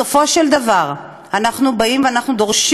בסופו של דבר, אנחנו באים ודורשים,